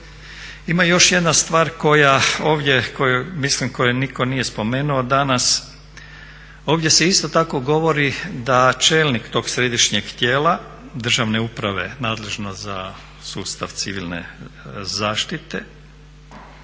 Ima još jedna stvar ovdje koju mislim nitko nije spomenuo danas, ovdje se isto tako govori da čelnik tog Središnjeg tijela državne uprave nadležno za sustav civilne zaštite